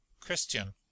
christian